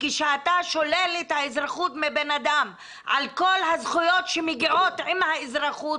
כשאתה שולל את האזרחות מבן אדם על כל הזכויות שמגיעות עם האזרחות,